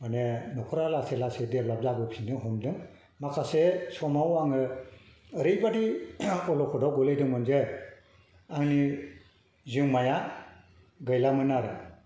माने न'खरा लासै लासै देभेलप्त जाबोफिननो हमदों माखासे समाव आङो ओरैबादि अल'खदाव गोलैदोंमोन जे आंनि जिउमाया गैलामोन आरो